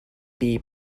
piep